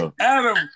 Adam